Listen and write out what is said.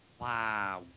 Wow